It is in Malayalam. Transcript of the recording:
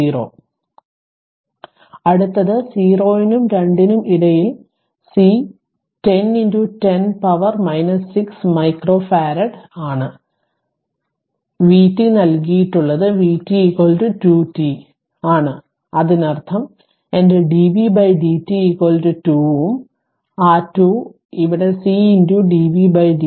ഇപ്പോൾ അടുത്തത് 0 നും 2 നും ഇടയിൽ സി 10 10 പവർ 6 മൈക്രോഫറാഡ് ആണ് നിങ്ങളുടെ vt നല്കിയിട്ടുള്ളത് vt 2 t ആണ് അതിനർത്ഥം എന്റെ dv dt 2 ഉം ആ 2 ഇവിടെ C dv dt 2 ആണ്